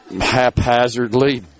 haphazardly